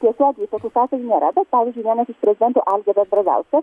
tiesiogiai tokių sąsajų nėra bet pavyzdžiui vienas iš prezidentų algirdas brazauskas